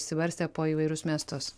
išsibarstę po įvairius miestus